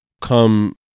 come